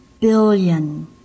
billion